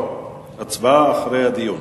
ההצבעה אחרי הדיון.